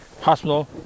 Hospital